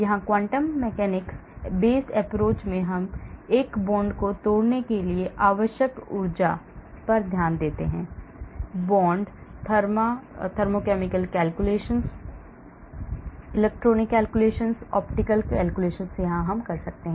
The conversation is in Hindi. यहाँ quantum mechanics based approach में हम एक bond को तोड़ने के लिए आवश्यक ऊर्जा को देख सकते हैं bond thermochemical calculations electronic calculations optical calculations बना सकते हैं